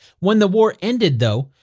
when the war ended, though,